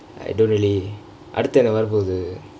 I don't really அடுத்து என்ன வர பொது:aduthu enna vara pothu